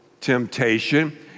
temptation